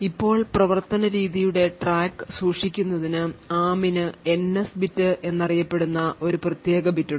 ഇപ്പോൾ പ്രവർത്തനരീതിയുടെ ട്രാക്ക് സൂക്ഷിക്കുന്നതിന് ARM ന് NS ബിറ്റ് എന്നറിയപ്പെടുന്ന ഒരു പ്രത്യേക ബിറ്റ് ഉണ്ട്